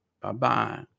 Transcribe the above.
Bye-bye